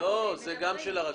לא, זה גם של הרשות.